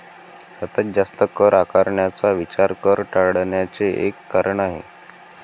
सतत जास्त कर आकारण्याचा विचार कर टाळण्याचे एक कारण आहे